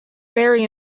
very